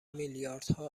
میلیاردها